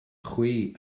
chwi